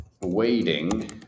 waiting